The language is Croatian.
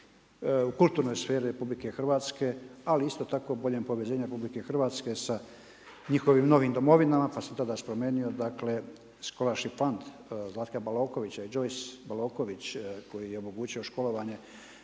u kulturnoj sferi Republike Hrvatske, ali isto tako i boljem povezivanju Republike Hrvatske sa njihovim novim domovinama pa sam tada spomenuo … Zlatka Balokovića i … Baloković koji je omogućio školovanje